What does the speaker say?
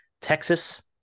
Texas